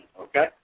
Okay